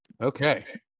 Okay